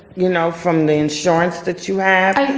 you know, from the insurance that you have?